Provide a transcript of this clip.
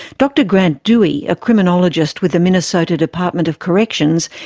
dr grant duwe, a ah criminologist with the minnesota department of corrections,